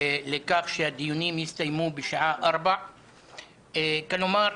לכך שהדיונים יסתיימו בשעה 16:00. כמובן,